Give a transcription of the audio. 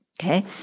Okay